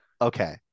okay